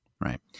Right